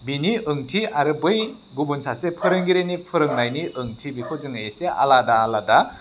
बिनि ओंथि आरो बै गुबुन सासे फोरोंगिरिनि फोरोंनायनि ओंथि बेखौ जोङो एसे आलादा आलादा